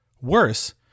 Worse